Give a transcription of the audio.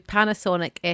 Panasonic